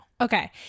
okay